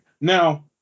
Now